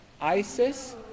ISIS